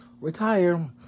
retire